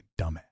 dumbass